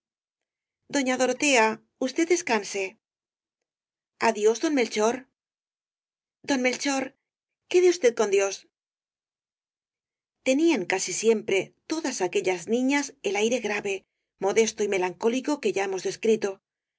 doña dorotea usted descanse adiós don melchor don melchor quede usted con dios tenían casi siempre todas aquellas niñas el aire grave modesto y melancólico que ya hemos descrito